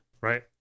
Right